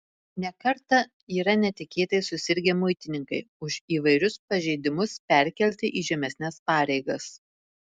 ne kartą yra netikėtai susirgę muitininkai už įvairius pažeidimus perkelti į žemesnes pareigas